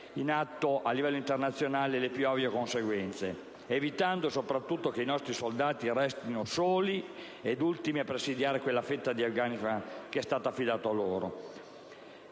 in atto a livello internazionale le più ovvie conseguenze, evitando soprattutto che i nostri soldati restino soli ed ultimi a presidiare la fetta di Afghanistan loro affidata.